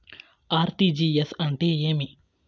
RTGS అంటే ఏమి